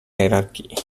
hierarchy